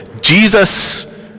Jesus